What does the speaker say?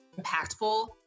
impactful